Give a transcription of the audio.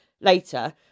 later